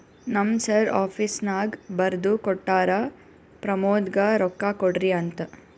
ನಮ್ ಸರ್ ಆಫೀಸ್ನಾಗ್ ಬರ್ದು ಕೊಟ್ಟಾರ, ಪ್ರಮೋದ್ಗ ರೊಕ್ಕಾ ಕೊಡ್ರಿ ಅಂತ್